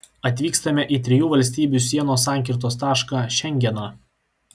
atvykstame į trijų valstybių sienų sankirtos tašką šengeną